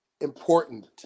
important